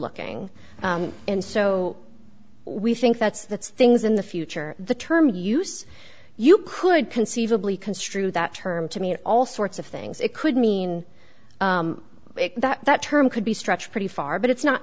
looking and so we think that's that's things in the future the term use you could conceivably construe that term to mean all sorts of things it could mean that term could be stretched pretty far but it's not